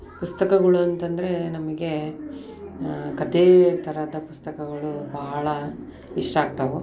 ಪುಸ್ತಕಗಳು ಅಂತಂದರೆ ನಮಗೆ ಕಥೆ ಥರದ ಪುಸ್ತಕಗಳು ಭಾಳ ಇಷ್ಟ ಆಗ್ತವೆ